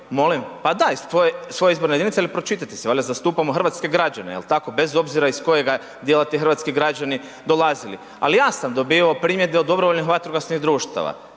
se./… pa da iz svoje izborne jedinice, ali pročitajte si valjda zastupamo hrvatske građane, jel tako, bez obzira iz kojega dijela ti hrvatski građani dolazili, ali ja sam dobivao primjedbe od dobrovoljnih vatrogasnih društava.